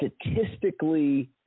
statistically